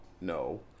no